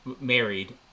married